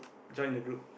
join the group